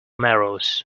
marrows